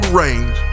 range